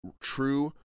true